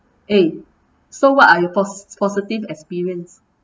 eh so what are your pos~ positive experience